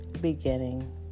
beginning